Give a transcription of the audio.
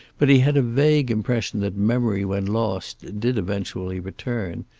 but he had a vague impression that memory when lost did eventually return,